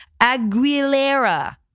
Aguilera